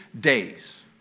days